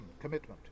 commitment